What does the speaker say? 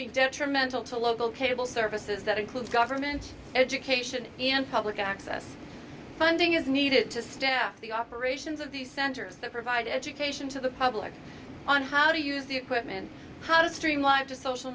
be detrimental to local cable services that includes government education and public access funding is needed to stare the operations of the centers that provide education to the public on how to use the equipment how does three live to social